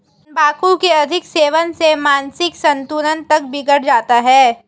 तंबाकू के अधिक सेवन से मानसिक संतुलन तक बिगड़ जाता है